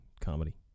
comedy